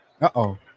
uh-oh